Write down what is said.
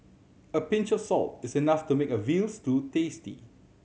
a pinch of salt is enough to make a veal stew tasty